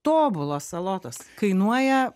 tobulos salotos kainuoja